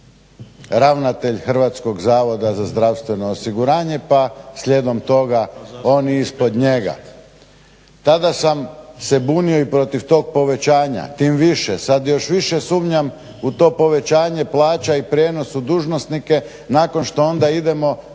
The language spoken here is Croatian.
je najviši bio 5,70. Ravnatelj HZZO-a pa slijedom toga oni ispod njega. Tada sam se bunio i protiv tog povećanja, tim više sada još više sumnjam u to povećanje plaća i prijenos u dužnosnike nakon što onda idemo